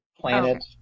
planet